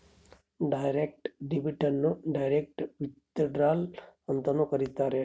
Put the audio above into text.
direct debit ಅನ್ನು direct withdrawal ಅಂತನೂ ಕರೀತಾರ